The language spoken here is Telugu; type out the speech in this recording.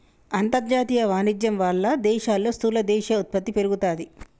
అంతర్జాతీయ వాణిజ్యం వాళ్ళ దేశాల్లో స్థూల దేశీయ ఉత్పత్తి పెరుగుతాది